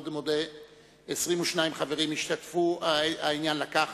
22 חברים השתתפו, העניין לקח